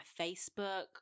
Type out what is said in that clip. Facebook